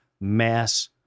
mass